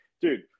dude